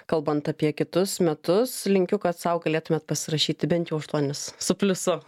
kalbant apie kitus metus linkiu kad sau galėtumėt pasirašyti bent jau aštuonis su pliusu